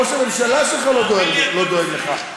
ראש הממשלה שלך לא דואג לך.